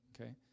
okay